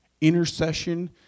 intercession